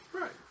right